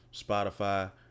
Spotify